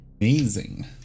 Amazing